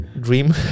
dream